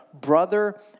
brother